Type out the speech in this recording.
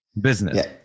business